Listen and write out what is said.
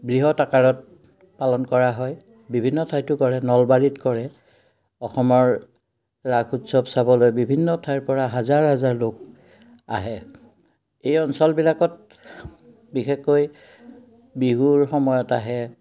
বৃহৎ আকাৰত পালন কৰা হয় বিভিন্ন ঠাইতো কৰে নলবাৰীত কৰে অসমৰ ৰাস উৎসৱ চাবলৈ বিভিন্ন ঠাইৰপৰা হাজাৰ হাজাৰ লোক আহে এই অঞ্চলবিলাকত বিশেষকৈ বিহুৰ সময়ত আহে